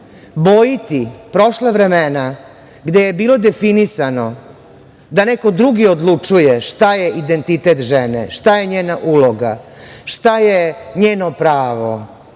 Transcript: bojiti prošla vremena gde je bilo definisano da neko drugi odlučuje šta je identitet žene, šta je njena uloga, šta je njeno pravo.